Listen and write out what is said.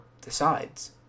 decides